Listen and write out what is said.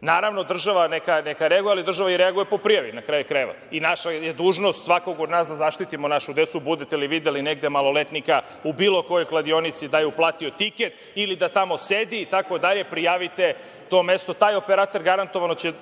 Naravno, država neka reaguje, ali država i reaguje po prijavi na kraju krajeva. Naša je i dužnost svakog od nas da zaštitimo našu decu. Budete li videli negde maloletnika u bilo kojoj kladionici da je uplatio tiket ili da tamo sedi itd, prijavite to mesto. Taj operater garantovano će